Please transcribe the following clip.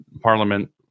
parliament